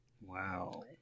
Wow